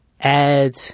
add